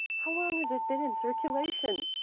how long has it been in circulation?